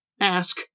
ask